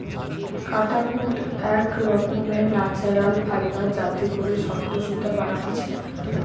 কাটাকুট এক রকমের ন্যাচারাল ফাইবার যাতে করে শক্ত সুতা বানাতিছে